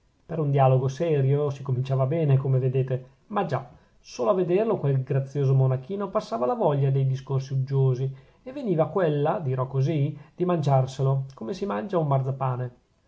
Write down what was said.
per un dialogo serio si cominciava bene come vedete ma già solo a vederlo quel grazioso monachino passava la voglia dei discorsi uggiosi e veniva quella dirò così di mangiarselo come si mangia un marzapane